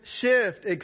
shift